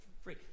free